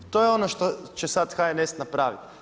To je ono što će sad HNS napraviti.